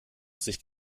sich